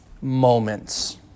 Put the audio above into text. moments